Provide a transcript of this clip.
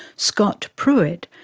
scott pruitt,